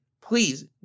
please